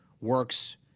works